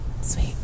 Sweet